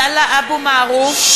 (קוראת בשמות חברי הכנסת)